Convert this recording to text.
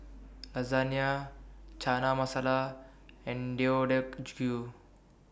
Chana Masala and Deodeok